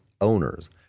owners